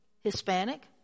Hispanic